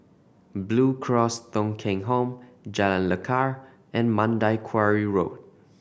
Blue Cross Thong Kheng Home Jalan Lekar and Mandai Quarry Road